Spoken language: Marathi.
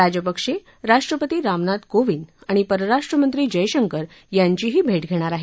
राजपक्षे राष्ट्रपती रामनाथ कोविंद आणि परराष्ट्रमंत्री जयशंकर यांचीही भेट घेणार आहेत